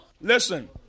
Listen